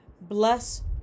bless